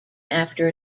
after